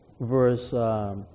verse